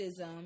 racism